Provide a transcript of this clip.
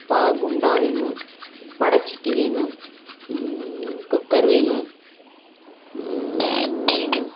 பா குண்டா வேணும் வடை சட்டி வேணும் குக்கர் வேணும்